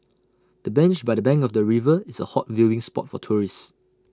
the bench by the bank of the river is A hot viewing spot for tourists